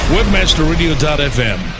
WebmasterRadio.fm